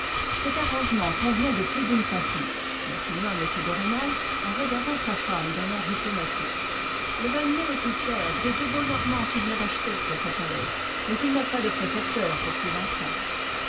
cet arrangement convient de plus d'une façon continua m de rênal en regardant sa femme d'un air diplomatique le valenod est tout fier des deux beaux normands qu'il vient d'acheter pour sa calèche mais il n'a pas de précepteur pour ses enfants